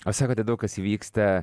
o sakote daug kas įvyksta